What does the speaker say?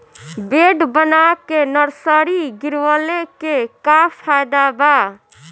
Bed बना के nursery गिरवले के का फायदा बा?